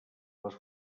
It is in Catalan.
les